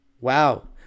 Wow